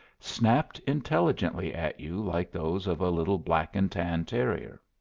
snapped intelligently at you like those of a little black-and-tan terrier.